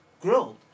grilled